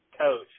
coach